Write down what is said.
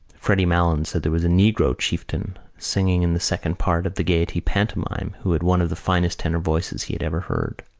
freddy malins said there was a negro chieftain singing in the second part of the gaiety pantomime who had one of the finest tenor voices he had ever heard.